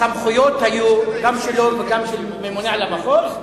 הסמכויות, גם שלו וגם של הממונה על המחוז,